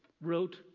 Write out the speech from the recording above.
wrote